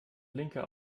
blinker